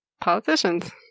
politicians